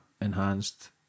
enhanced